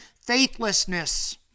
faithlessness